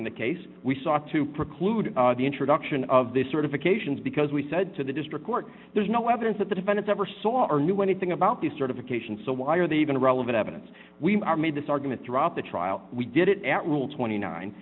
in the case we sought to preclude the introduction of this certifications because we said to the district court there's no evidence that the defendant ever saw or knew anything about the certification so why are they even relevant evidence we are made this argument throughout the trial we did it at rule twenty nine